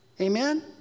Amen